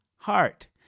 heart